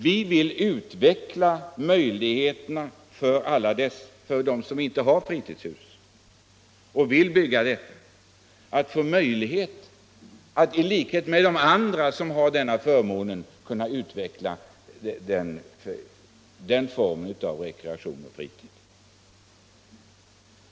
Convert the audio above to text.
Vi vill utvidga möjligheterna för dem som inte har fritidshus och som vill bygga ett sådant att skaffa sig rekreation och fritidsverksamhet i den formen.